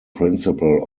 principle